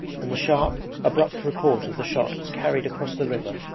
and the sharp, abrupt report of the shot was carried across the river,